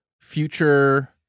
future